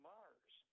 Mars